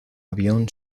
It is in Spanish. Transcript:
avión